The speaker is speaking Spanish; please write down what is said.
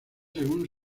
según